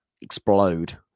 explode